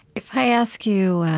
if i ask you